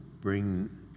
bring